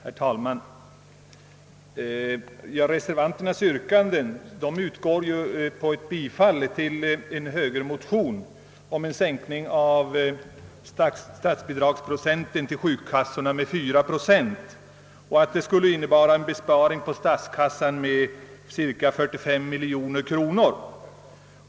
Herr talman! Reservanternas yrkanden utgår från ett motionspar från högern om en sänkning av statsbidraget till sjukkassorna med 4 procent, vilket skulle innebära en årlig besparing för statskassan med cirka 45 miljoner kronor.